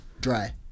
Dry